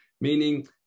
meaning